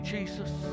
Jesus